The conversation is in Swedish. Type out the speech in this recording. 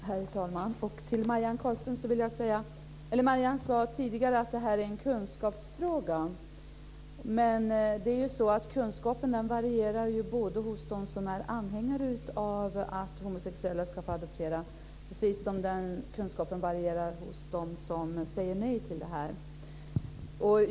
Herr talman! Marianne Carlström sade tidigare att det här är en kunskapsfråga. Men det är ju så att kunskapen varierar hos dem som är anhängare av att homosexuella ska få adoptera, precis som kunskapen varierar hos dem som säger nej till det.